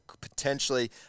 potentially